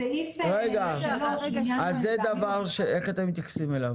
איך אתם מתייחסים לזה?